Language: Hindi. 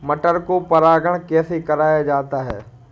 मटर को परागण कैसे कराया जाता है?